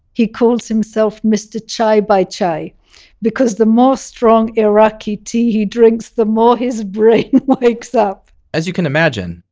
he calls himself mr. chai by chai' because the more strong iraqi tea he drinks the more his brain wakes up as you can imagine,